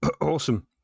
awesome